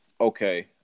okay